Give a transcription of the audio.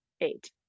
eight